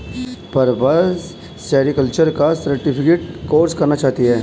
Prabha sericulture का certificate course करना चाहती है